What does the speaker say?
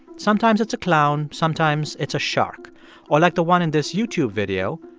sometimes it's a clown. sometimes it's a shark or, like the one in this youtube video,